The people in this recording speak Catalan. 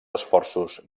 esforços